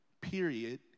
period